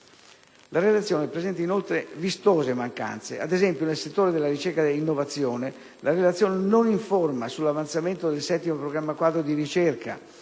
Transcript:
La Relazione presenta inoltre vistose mancanze. Ad esempio, nel settore della ricerca e dell'innovazione, la Relazione non informa sull'avanzamento del VII Programma quadro di ricerca